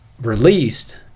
released